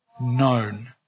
known